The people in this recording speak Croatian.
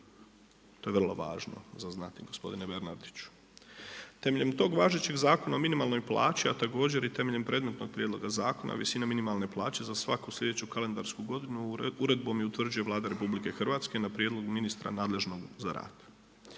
to je vrlo važno za znati gospodine Bernardiću. Temeljem tog važećeg Zakona o minimalnoj plaći, a također i temeljem predmetnog zakona visina minimalne plaće za svaku sljedeću kalendarsku godinu uredbom utvrđuje Vlada RH na prijedlog ministra nadležnog za rad.